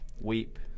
Weep